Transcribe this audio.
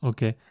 Okay